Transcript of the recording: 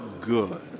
good